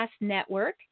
Network